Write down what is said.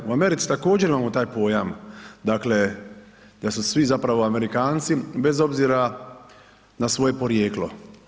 U Americi također imamo taj pojam, dakle da su svi zapravo Amerikanci bez obzira na svoje porijeklo.